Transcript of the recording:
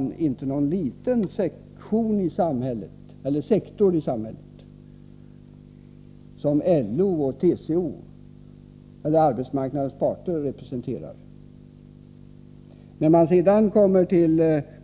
ju inte någon liten sektor i samhället som LO, TCO och arbetsmarknadens parter i övrigt representerar.